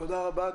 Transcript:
תודה רבה.